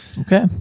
okay